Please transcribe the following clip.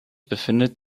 befindet